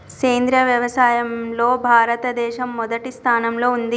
సేంద్రియ వ్యవసాయంలో భారతదేశం మొదటి స్థానంలో ఉంది